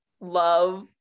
love